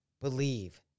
Believe